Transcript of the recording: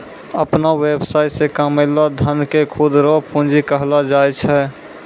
अपनो वेवसाय से कमैलो धन के खुद रो पूंजी कहलो जाय छै